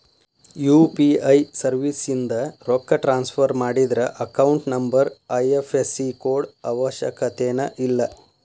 UPI ಸರ್ವಿಸ್ಯಿಂದ ರೊಕ್ಕ transfer ಮಾಡಿದ್ರ ಅಕೌಂಟ್ ನಂಬರ್ ಐ.ಎಫ್.ಎಸ್.ಸಿ ಕೋಡ್ ಅವಶ್ಯಕತೆನ ಇಲ್ಲ